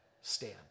stand